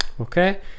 Okay